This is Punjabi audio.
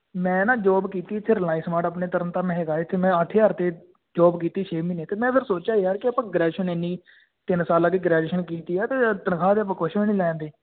ਮੈਂ ਨਾ ਜੋਬ ਕੀਤੀ ਉੱਥੇ ਰਿਲਾਇੰਸ ਮਾਟ ਆਪਣੇ ਤਰਨ ਤਾਰਨ ਹੈਗਾ ਇੱਥੇ ਮੈਂ ਅੱਠ ਹਜ਼ਾਰ 'ਤੇ ਜੋਬ ਕੀਤੀ ਛੇ ਮਹੀਨੇ ਅਤੇ ਮੈਂ ਫਿਰ ਸੋਚਿਆ ਯਾਰ ਕਿ ਆਪਾਂ ਗ੍ਰੈਜੂਏਸ਼ਨ ਇੰਨੀ ਤਿੰਨ ਸਾਲਾਂ ਦੀ ਗ੍ਰੈਜੂਏਸ਼ਨ ਕੀਤੀ ਆ ਅਤੇ ਤਨਖਾਹ 'ਤੇ ਆਪਾਂ ਕੁਛ ਵੀ ਨਹੀਂ ਲੈਣ ਡੇ